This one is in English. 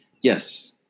yes